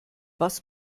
was